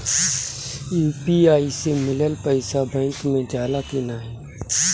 UPI से मिलल पईसा बैंक मे जाला की नाहीं?